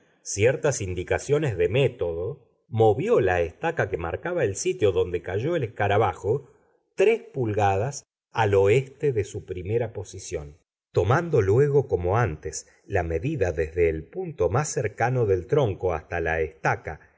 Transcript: ciertas indicaciones de método movió la estaca que marcaba el sitio donde cayó el escarabajo tres pulgadas al oeste de su primera posición tomando luego como antes la medida desde el punto más cercano del tronco hasta la estaca